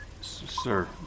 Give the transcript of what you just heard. Sir